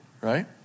right